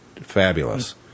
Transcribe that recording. Fabulous